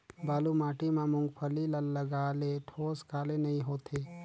बालू माटी मा मुंगफली ला लगाले ठोस काले नइ होथे?